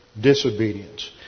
disobedience